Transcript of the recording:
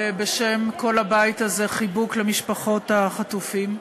בשם כל הבית הזה חיבוק למשפחות החטופים,